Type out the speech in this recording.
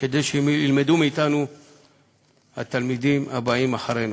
כדי שילמדו מאתנו התלמידים, הבאים אחרינו.